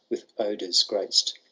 with odours graced.